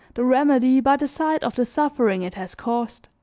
the remedy by the side of the suffering it has caused.